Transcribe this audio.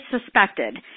suspected